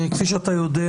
כפי שאתה יודע,